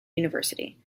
university